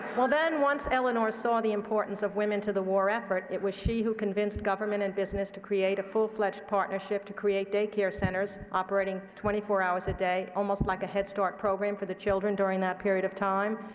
well then, once eleanor saw the importance of women to the war effort, it was she who convinced government and business to create a full-fledged partnership to create daycare centers operating twenty four hours a day, almost like a head start program for the children during that period of time.